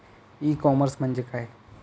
E commerce म्हणजे काय?